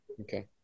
okay